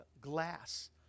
glass